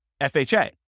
FHA